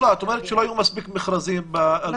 את אומרת שלא היו מספיק מכרזים ב-2019.